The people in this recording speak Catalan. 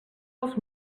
els